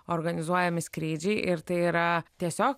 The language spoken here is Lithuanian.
organizuojami skrydžiai ir tai yra tiesiog